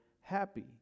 happy